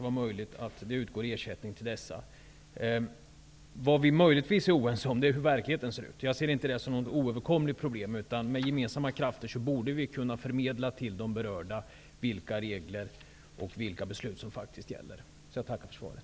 Vad vi möjligtvis är oense om är hur verkligheten ser ut. Jag ser inte det som något oöverkomligt problem. Med gemensamma krafter borde vi kunna förmedla till de berörda vilka regler och beslut som faktiskt gäller. Jag tackar för svaret.